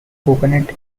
coconut